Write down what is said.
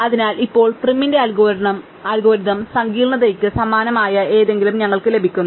അതിനാൽ ഇപ്പോൾ പ്രൈമിന്റെ അൽഗോരിതം സങ്കീർണ്ണതയ്ക്ക് സമാനമായ എന്തെങ്കിലും ഞങ്ങൾക്ക് ലഭിക്കുന്നു